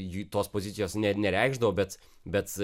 ji tos pozicijos ne nereikšdavo bet bet